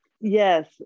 Yes